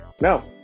No